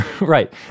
right